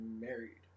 married